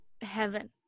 heaven